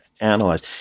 analyze